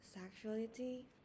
sexuality